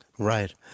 Right